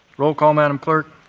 roll call, madam clerk.